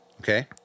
Okay